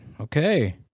Okay